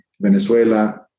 Venezuela